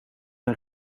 een